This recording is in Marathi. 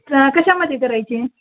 हां कशामध्ये करायची आहे